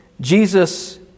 Jesus